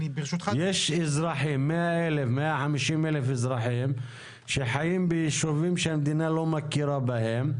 יש 150-100 אלף אזרחים שחיים ביישובים שהמדינה לא מכירה בהם.